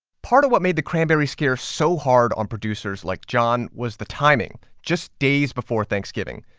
part of what made the cranberry scare so hard on producers like john was the timing just days before thanksgiving.